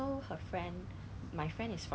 err 有人来喷那个东西